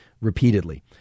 repeatedly